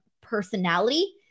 personality